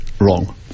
wrong